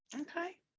okay